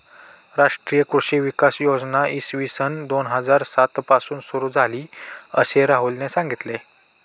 राष्ट्रीय कृषी विकास योजना इसवी सन दोन हजार सात पासून सुरू झाली, असे राहुलने सांगितले